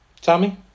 Tommy